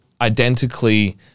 identically